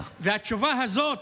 והתשובה הזאת,